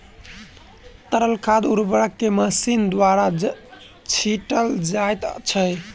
तरल खाद उर्वरक के मशीन द्वारा छीटल जाइत छै